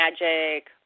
magic